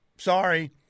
Sorry